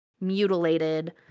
mutilated